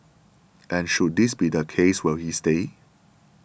and should this be the case will he stay